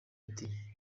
ati